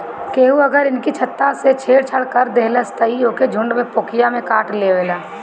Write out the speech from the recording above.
केहू अगर इनकी छत्ता से छेड़ छाड़ कर देहलस त इ ओके झुण्ड में पोकिया में काटलेवेला